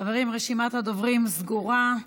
חברים, רשימת הדוברים סגורה.